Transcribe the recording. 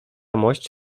mość